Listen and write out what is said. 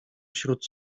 wśród